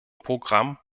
programm